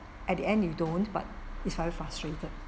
at the end you don't but it's very frustrated